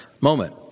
moment